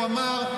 הוא אמר: